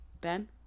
Ben